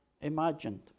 imagined